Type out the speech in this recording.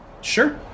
Sure